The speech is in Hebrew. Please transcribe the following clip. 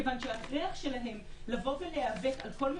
כיוון שההכרח שלהן להיאבק על כל מה